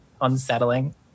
unsettling